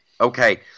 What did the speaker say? Okay